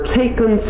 taken